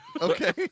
Okay